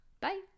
Bye